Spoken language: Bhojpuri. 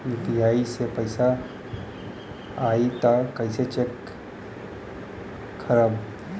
यू.पी.आई से पैसा आई त कइसे चेक खरब?